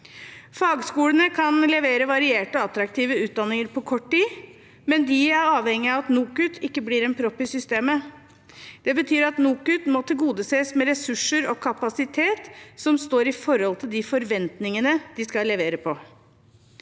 Fagskolene kan levere varierte og attraktive utdanninger på kort tid, men de er avhengige av at NOKUT ikke blir en propp i systemet. Det betyr at NOKUT må tilgodeses med ressurser og kapasitet som står i forhold til de forventningene de skal levere på.